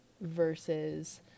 versus